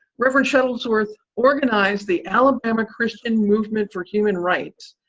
reverend shuttlesworth organized the alabama christian movement for human rights,